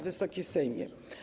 Wysoki Sejmie!